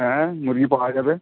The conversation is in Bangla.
হ্যাঁ মুরগি পাওয়া যাবে